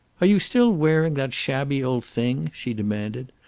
are you still wearing that shabby old thing? she demanded.